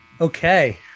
Okay